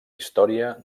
història